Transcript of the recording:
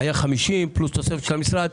היו 50 מיליון פלוס תוספת של המשרד.